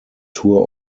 tour